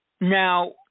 Now